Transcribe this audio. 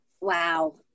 Wow